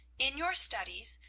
in your studies,